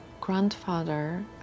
grandfather